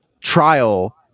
trial